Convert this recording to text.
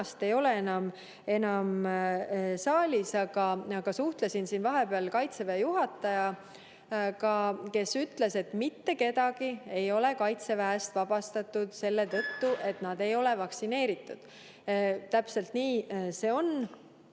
ei ole enam saalis, aga suhtlesin siin vahepeal Kaitseväe juhatajaga, kes ütles, et mitte kedagi ei ole Kaitseväest vabastatud selle tõttu, et nad ei ole vaktsineeritud. Täpselt nii see on.